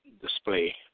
display